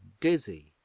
dizzy